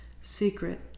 Secret